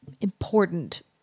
important